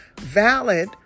valid